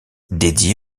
dédié